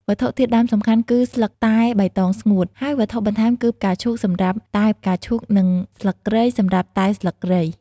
វត្ថុធាតុដើមសំខាន់គឺ ស្លឹកតែបៃតងស្ងួត ហើយវត្ថុបន្ថែមគឺផ្កាឈូកសម្រាប់តែផ្កាឈូក និងស្លឹកគ្រៃសម្រាប់តែស្លឹកគ្រៃ។